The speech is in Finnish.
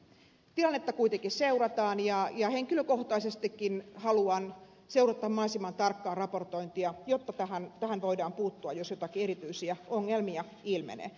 tilannetta kuitenkin seurataan ja henkilökohtaisestikin haluan seurata mahdollisimman tarkkaan raportointia jotta tähän voidaan puuttua jos jotakin erityisiä ongelmia ilmenee